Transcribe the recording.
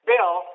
Bill